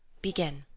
begin!